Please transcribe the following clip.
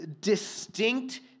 distinct